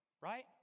right